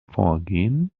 vorgehen